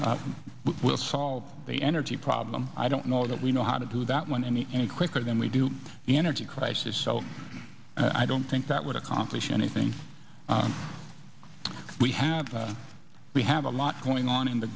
d will solve the energy problem i don't know that we know how to do that one any any quicker than we do the energy crisis so i don't think that would accomplish anything we have we have a lot going on in the